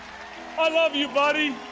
i love you, buddy.